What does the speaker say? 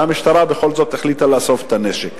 והמשטרה בכל זאת החליטה לאסוף את הנשק.